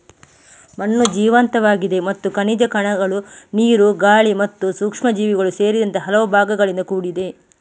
ಮಣ್ಣು ಜೀವಂತವಾಗಿದೆ ಮತ್ತು ಖನಿಜ ಕಣಗಳು, ನೀರು, ಗಾಳಿ ಮತ್ತು ಸೂಕ್ಷ್ಮಜೀವಿಗಳು ಸೇರಿದಂತೆ ಹಲವು ಭಾಗಗಳಿಂದ ಕೂಡಿದೆ